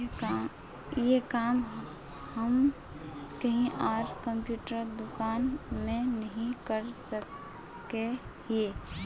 ये काम हम कहीं आर कंप्यूटर दुकान में नहीं कर सके हीये?